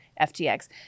FTX